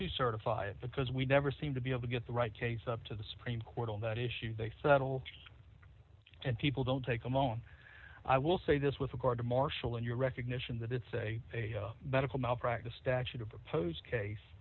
to certify it because we never seem to be able to get the right case up to the supreme court on that issue they settle and people don't take a loan i will say this with a court martial in your recognition that it's a medical malpractise statute of oppose case